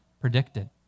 predicted